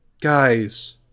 guys